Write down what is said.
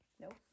Nope